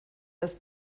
dass